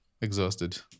exhausted